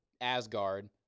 Asgard